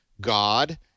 God